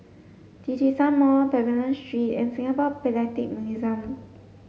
Djitsun Mall Pavilion Street and Singapore Philatelic Museum